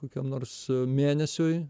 kokiam nors mėnesiui